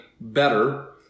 better